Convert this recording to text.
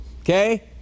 okay